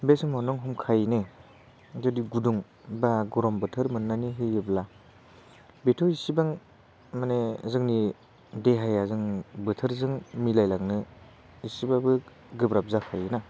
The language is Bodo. बे समावनो हुमखायैनो जुदि गुदुं बा गरम बोथोर मोननानैनि होयोब्ला बेथ' एसेबां माने जोंनि देहाया जों बोथोरजों मिलायलांनो एसेबाबो गोब्राब जाखायो ना